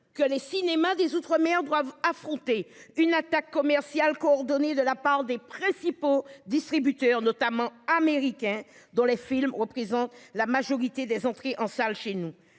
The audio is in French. que les cinémas des Outre-mer doivent affronter une attaque commerciale coordonnée de la part des principaux distributeurs notamment américains dans les films représentent la majorité des entrées en salles chez nous